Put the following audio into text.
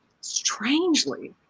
Strangely